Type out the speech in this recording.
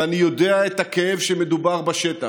ואני יודע את הכאב שמדובר בשטח.